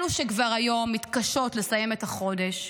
אלו שכבר היום מתקשות לסיים את החודש.